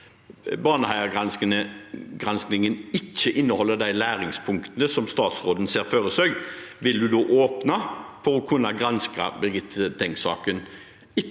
Baneheia-granskingen ikke inneholder de læringspunktene som statsråden ser for seg, vil hun da åpne for å kunne granske Birgitte Tengs-saken